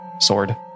sword